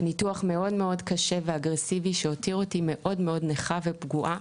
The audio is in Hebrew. ניתוח מאוד מאוד קשה ואגרסיבי שהותיר אותי מאוד מאוד נכה ופגועה